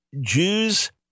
Jews